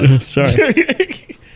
Sorry